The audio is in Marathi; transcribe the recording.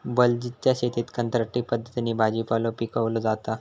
बलजीतच्या शेतात कंत्राटी पद्धतीन भाजीपालो पिकवलो जाता